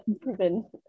proven